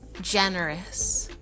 generous